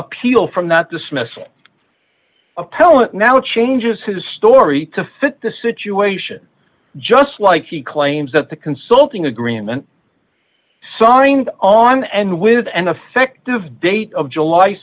appeal from that dismissal appellant now changes his story to fit the situation just like he claims that the consulting agreement signed on and with an effective date of july